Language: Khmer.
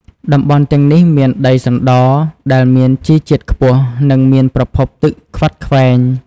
តំបន់ទាំងនេះមានដីសណ្ត ដែលមានជីជាតិខ្ពស់ និងមានប្រភពទឹកខ្វាត់ខ្វែង។